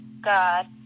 God